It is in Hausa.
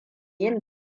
yin